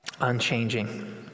unchanging